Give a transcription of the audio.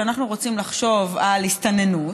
כשאנחנו רוצים לחשוב על הסתננות,